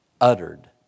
uttered